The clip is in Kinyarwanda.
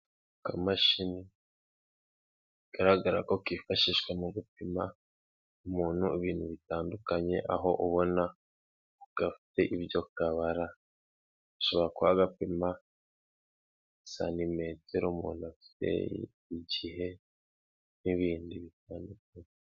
Akamashini kagaragara ko kifashishwa mu gupima umuntu ibintu bitandukanye aho ubona gafite ibyo kabara gashobora kuba gapima sanimetero umuntu afite igihe n'ibindi bitandukanye.